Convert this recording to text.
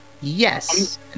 Yes